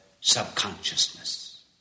subconsciousness